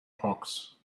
hogs